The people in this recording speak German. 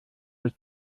ist